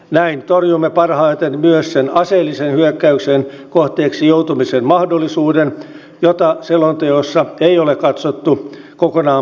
näin torjumme parhaiten myös sen aseellisen hyökkäyksen kohteeksi joutumisen mahdollisuuden jota selonteossa ei ole katsottu kokonaan poissuljetuksi